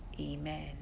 Amen